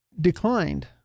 declined